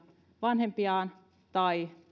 vanhempiaan